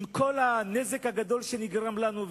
עם כל הנזק הגדול שנגרם לנו,